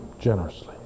generously